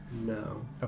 No